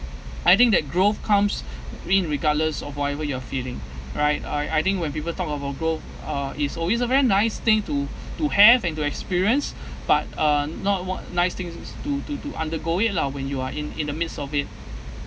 I think that growth come irregardless of whatever you are feeling right I I think when people talk about growth uh is always a very nice thing to to have and to experience but uh not wha~ nice things s~ to to to undergo it lah when you are in in the midst of it